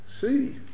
see